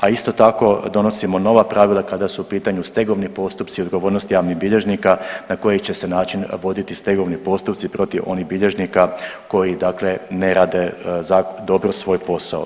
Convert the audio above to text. A isto tako donosimo nova pravila kada su u pitanju stegovni postupci, odgovornost javnih bilježnika na koji će se način voditi stegovni postupci protiv onih bilježnika koji dakle ne rade dobro svoj posao.